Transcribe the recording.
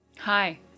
Hi